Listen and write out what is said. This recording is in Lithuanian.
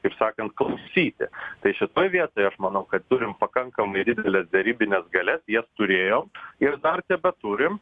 taip sakant klausyti tai šitoj vietoj aš manau kad turim pakankamai dideles derybines galias jas turėjom ir dar tebeturim